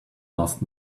last